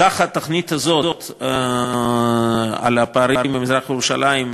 סך התקציב לתוכנית הזאת לצמצום הפערים במזרח-ירושלים,